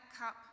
cup